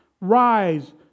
rise